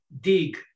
dig